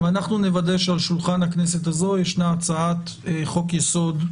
ואנחנו נוודא שעל שולחן הכנסת הזאת ישנה הצעת חוק יסוד: